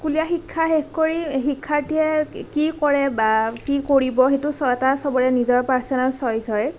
স্কুলীয়া শিক্ষা শেষ কৰি শিক্ষাৰ্থীয়ে কি কৰে বা কি কৰিব সেইটো এটা সবৰে নিজৰ পাৰ্ছনেল চইজ হয়